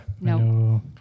No